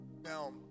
Now